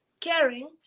caring